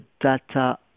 data